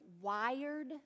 wired